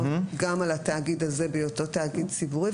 גם על התאגיד הזה בהיותו תאגיד ציבורי,